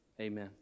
Amen